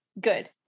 Good